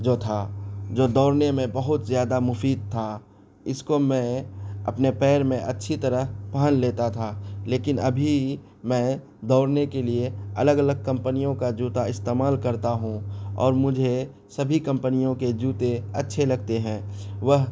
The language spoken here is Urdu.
جو تھا جو دوڑنے میں بہت زیادہ مفید تھا اس کو میں اپنے پیر میں اچھی طرح پہن لیتا تھا لیکن ابھی میں دوڑنے کے لیے الگ الگ کمپنیوں کا جوتا استعمال کرتا ہوں اور مجھے سبھی کمپنیوں کے جوتے اچھے لگتے ہیں وہ